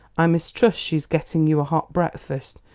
i mistrust she's getting you a hot breakfast.